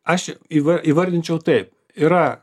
aš įva įvardinčiau taip yra